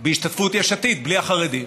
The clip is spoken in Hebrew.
בהשתתפות יש עתיד בלי החרדים,